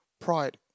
Pride